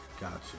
Gotcha